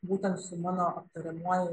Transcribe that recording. būtent su mano aptariamuoju